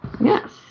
Yes